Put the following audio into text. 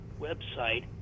website